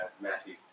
Matthew